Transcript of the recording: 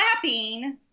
clapping